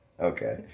Okay